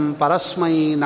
Parasmai